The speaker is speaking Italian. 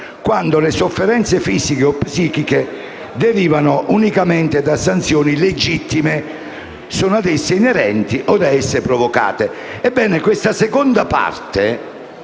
quando le sofferenze fisiche o psichiche derivano unicamente da sanzioni legittime, sono ad esse inerenti o da esse provocate». Ebbene, questa seconda parte